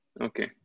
Okay